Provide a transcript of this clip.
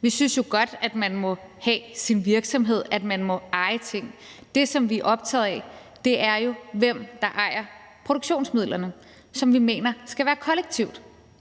Vi synes jo godt, at man må have sin virksomhed, at man må eje ting. Det, som vi er optaget af, er jo, hvem der ejer produktionsmidlerne, som vi mener skal være kollektive.